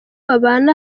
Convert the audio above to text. babana